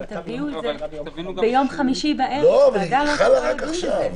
אם תביאו את זה ביום חמישי בערב הוועדה לא תדון בזה.